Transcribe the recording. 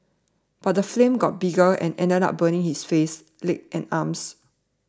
but the flames got bigger and ended up burning his face neck and arms